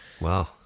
wow